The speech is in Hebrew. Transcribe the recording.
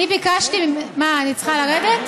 אני ביקשתי ממנו, מה, אני צריכה לרדת?